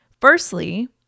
Firstly